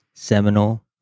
Seminal